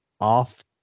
off